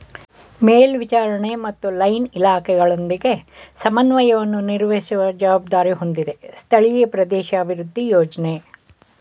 ಮೇಲ್ವಿಚಾರಣೆ ಮತ್ತು ಲೈನ್ ಇಲಾಖೆಗಳೊಂದಿಗೆ ಸಮನ್ವಯವನ್ನು ನಿರ್ವಹಿಸುವ ಜವಾಬ್ದಾರಿ ಹೊಂದಿದೆ ಸ್ಥಳೀಯ ಪ್ರದೇಶಾಭಿವೃದ್ಧಿ ಯೋಜ್ನ